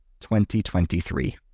2023